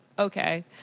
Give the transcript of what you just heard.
Okay